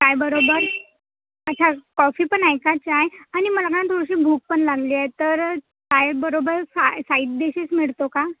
चहाबरोबर अच्छा कॉफी पण आहे का चहा आणि मला ना थोडीशी भूक पण लागली आहे तर चहाबरोबर साय साईड डिशेस मिळतो का